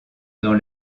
dans